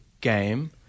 game